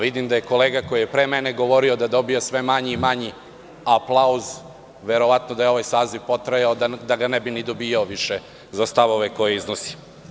Vidim da kolega koji je pre mene govorio da dobija sve manji i manji aplauz, verovatno da je ovaj saziv potrajao, da ga ne bi ni dobijao više za stavove koje iznosi.